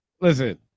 Listen